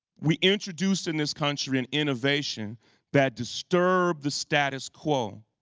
we introduced, in this country, an innovation that disturb the status quo.